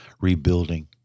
rebuilding